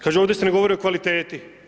Kaže ovdje se ne govori o kvaliteti.